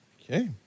Okay